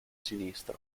sinistro